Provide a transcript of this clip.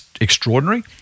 extraordinary